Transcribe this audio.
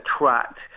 attract